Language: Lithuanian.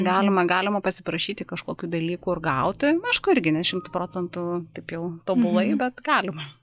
galima galima pasiprašyti kažkokių dalykų ir gauti na aišku irgi ne šimtu procentų taip jau tobulai galima